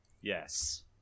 Yes